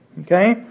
okay